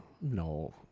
No